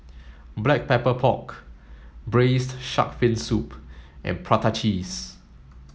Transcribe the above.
black pepper pork braised shark fin soup and prata cheese